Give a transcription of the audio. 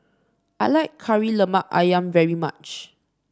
I like Kari Lemak ayam very much